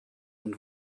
und